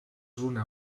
una